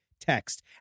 text